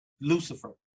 Lucifer